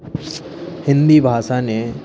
हिंदी भाषा ने